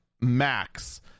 Max